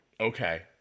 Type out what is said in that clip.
Okay